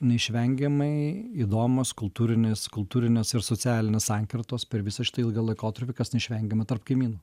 neišvengiamai įdomios kultūrinės kultūrinės ir socialinės sankirtos per visą šitą ilgą laikotarpį kas neišvengiama tarp kaimynų